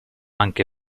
anche